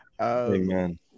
Amen